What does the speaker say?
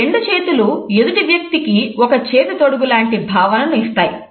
మీ రెండు చేతులు ఎదుటి వ్యక్తికి ఒక చేతి తొడుగు లాంటి భావనను కలిగిస్తాయి